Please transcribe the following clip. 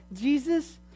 Jesus